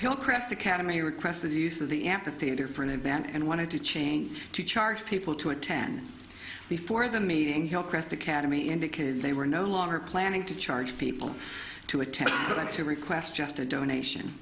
hillcrest academy requests the use of the ampitheater for an event and wanted to change to charge people to attendance before the meeting held crest academy indicated they were no longer planning to charge people to attend but i to request just a donation